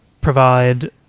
provide